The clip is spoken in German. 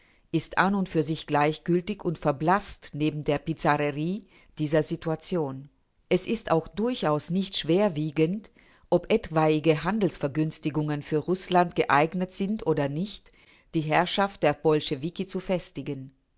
ist an und für sich gleichgültig und verblaßt neben der bizarrerie dieser situation es ist auch durchaus nicht schwerwiegend ob etwaige handelsvergünstigungen für rußland geeignet sind oder nicht die herrschaft der bolschewiki zu festigen